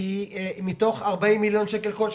דבר ראשון כי מתוך 40 מיליון שקל כל שנה,